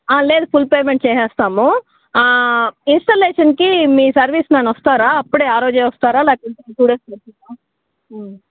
లేదు full payment చేసేస్తాము ఇన్స్టలేషన్కి మీ సర్వీస్ మాన్ వస్తారా అప్పుడే ఆ రోజే వస్తారా లేకపోతే టూ డేస్ పడుతుందా